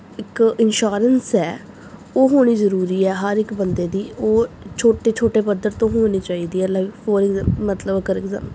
ਇੱਕ ਇਨਸ਼ੋਰੈਂਸ ਹੈ ਉਹ ਹੋਣੀ ਜ਼ਰੂਰੀ ਹੈ ਹਰ ਇੱਕ ਬੰਦੇ ਦੀ ਉਹ ਛੋਟੇ ਛੋਟੇ ਪੱਧਰ ਤੋਂ ਹੋਣੀ ਚਾਹੀਦੀ ਹੈ ਮਤਲਬ